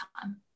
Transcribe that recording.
time